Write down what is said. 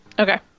Okay